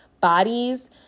bodies